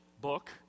book